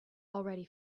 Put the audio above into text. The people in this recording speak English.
already